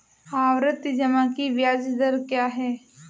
आवर्ती जमा की ब्याज दर क्या है?